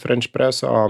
frenč preso